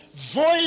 Void